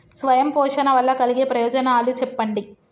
స్వయం పోషణ వల్ల కలిగే ప్రయోజనాలు చెప్పండి?